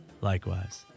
likewise